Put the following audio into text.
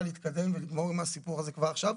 להתקדם ולגמור עם הסיפור הזה כבר עכשיו.